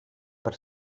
per